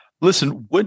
Listen